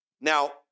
Now